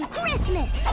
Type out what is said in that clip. Christmas